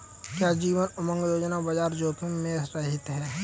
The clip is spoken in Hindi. क्या जीवन उमंग योजना बाजार जोखिम से रहित है?